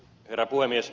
herra puhemies